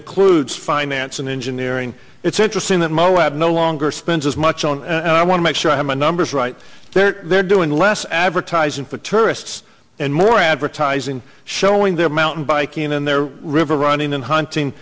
includes finance and engineering it's interesting that moab no longer spends as much on i want to make sure i have my numbers right there they're doing less advertising for tourists and more advertising showing their mountain biking and their river running and hunting